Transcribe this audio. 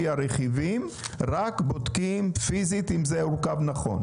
הרכיבים רק בודקים פיזית אם זה הורכב נכון?